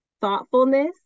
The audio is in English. thoughtfulness